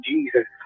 Jesus